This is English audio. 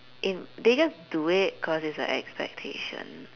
they just do it cause it's an expectation